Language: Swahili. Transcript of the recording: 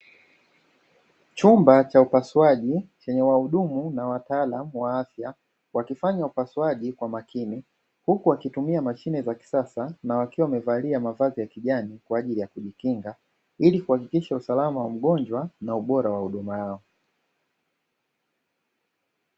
Chumba cha upasuaji chenye wahudumu na wataalamu wa afya wakifanya upasuaji kwa makini, huku wakitumia mashine za kisasa na wakiwa wamevalia mavazi ya kijani kwa ajili ya kujikinga, ili kuhakikisha usalama wa mgonjwa na ubora wa huduma yao.